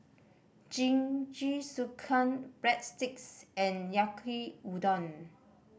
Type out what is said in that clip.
Jingisukan Breadsticks and Yaki Udon